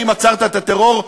האם עצרת את הטרור?